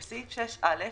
בסעיף 6(א),